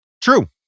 true